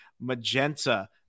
Magenta